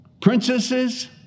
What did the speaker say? princesses